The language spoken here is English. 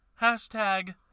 Hashtag